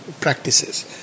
practices